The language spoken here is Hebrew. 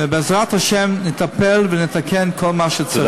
ובעזרת השם נטפל ונתקן כל מה שצריך.